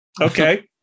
Okay